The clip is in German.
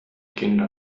kinder